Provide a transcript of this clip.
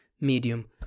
medium